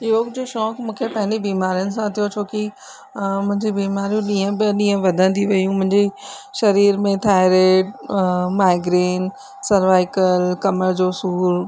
योग जो शौक़ु मूंखे पंहिंजी बीमारियुनि सां थियो छो कि मुंहिंजी बीमारी ॾींहुं ॿई ॾींहुं वधंदी वियूं मुंहिंजी शरीर में थाइरेइड माइग्रेन सर्वाइकल कमर जो सूरु